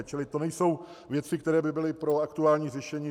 Čili to nejsou věci, které by byly pro aktuální řešení.